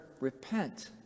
repent